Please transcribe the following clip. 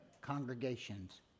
congregations